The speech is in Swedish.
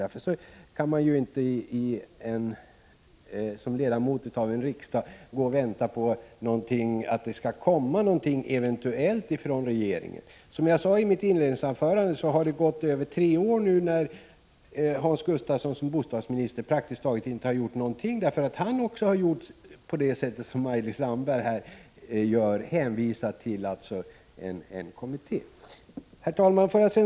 Därför kan man inte som ledamot i riksdagen bara vänta på att någonting skall komma från regeringen. Som jag sade i inledningsanförandet har det gått över tre år med Hans Gustafsson som bostadsminister utan att regeringen praktiskt taget gjort någonting. Också han har gjort som Maj-Lis Landberg gör — hänvisat till en kommitté. Herr talman!